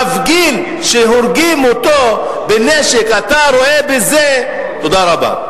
מפגין שהורגים אותו בנשק, אתה רואה בזה, תודה רבה.